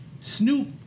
Snoop